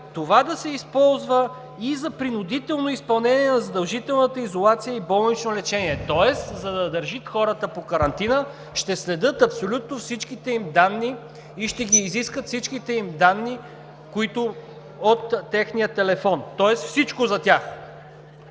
това да се използва и за принудително изпълнение на задължителната изолация и болнично лечение! Тоест за да държат хората под карантина, ще следят абсолютно всичките им данни и ще изискат всичките им данни от техния телефон! Тоест всичко за тях!